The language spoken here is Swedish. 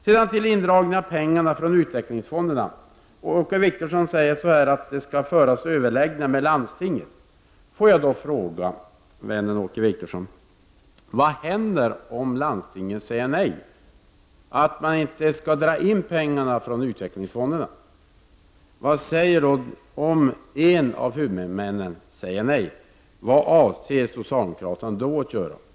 Beträffande indragningen av pengarna från utvecklingsfonderna sade Åke Wictorsson att det skall föras överläggningar med landstinget. Får jag då fråga vännen Åke Wictorsson: Vad händer om landstinget säger nej, att man inte skall dra in pengarna från utvecklingsfonderna? Vad händer om en av huvudmännen säger nej? Vad avser socialdemokraterna då att göra?